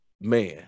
man